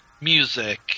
Music